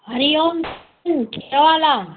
हरी ओम कहिड़ो हाल आहे